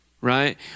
Right